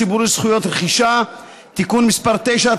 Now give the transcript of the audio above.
הציבורי (זכויות רכישה) (תיקון מס' 9),